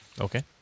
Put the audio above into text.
Okay